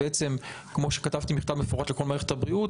כמו שכתבתי במכתב מפורט לכל מערכת הבריאות,